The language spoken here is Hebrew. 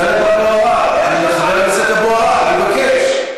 טלב אבו עראר, חבר הכנסת אבו עראר, אני מבקש.